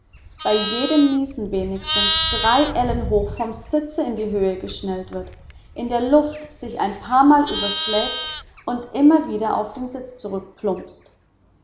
bei jedem niesen wenigstens drei ellen hoch vom sitze in die höhe geschnellt wird in der luft sich ein paar mal überschlägt und immer wieder auf den sitz